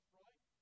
right